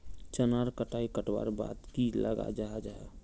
चनार कटाई करवार बाद की लगा जाहा जाहा?